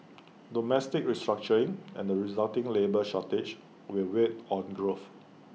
domestic restructuring and the resulting labour shortage will weigh on growth